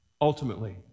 ultimately